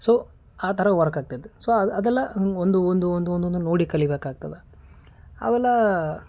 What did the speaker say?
so ಆ ಥರ work ಆಗ್ತೈತಿ ಸೋ ಅದು ಅದೆಲ್ಲಾ ಹಿಂಗೆ ಒಂದು ಒಂದು ಒಂದು ಒಂದು ಒಂದು ನೋಡಿ ಕಲಿಬೇಕಾಗ್ತದೆ ಅವೆಲ್ಲ